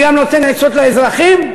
ואני נותן עצות גם לאזרחים.